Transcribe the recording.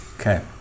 Okay